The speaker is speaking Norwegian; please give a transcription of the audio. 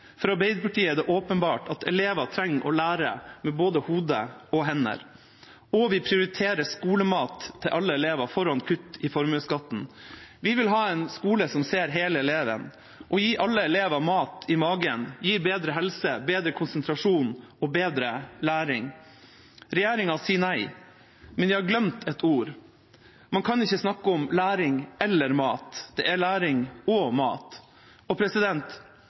For Arbeiderpartiet er det åpenbart at elever trenger å lære med både hodet og hendene. Vi prioriterer skolemat til alle elever foran kutt i formuesskatten. Vi vil ha en skole som ser hele eleven. Å gi alle elever mat i magen gir bedre helse, bedre konsentrasjon og bedre læring. Regjeringa sier nei, men de har glemt et ord: Man kan ikke snakke om læring eller mat – det er læring og mat.